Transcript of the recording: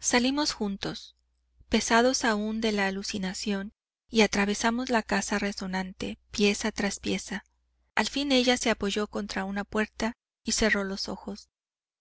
salimos juntos pesados aún de alucinación y atravesamos la casa resonante pieza tras pieza al fin ella se apoyó contra una puerta y cerró los ojos